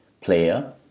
player